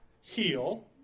heal